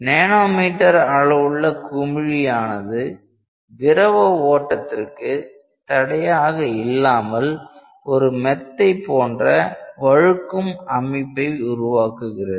nano metre அளவுள்ள குமிழி ஆனது திரவ ஓட்டத்திற்கு தடையாக இல்லாமல் ஒரு மெத்தை போன்ற வழுக்கும் அமைப்பை உருவாக்குகிறது